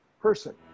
person